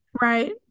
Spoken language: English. Right